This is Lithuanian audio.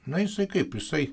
na jisai kaip jisai